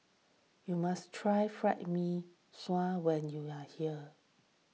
you must try Fried Mee Sua when you are here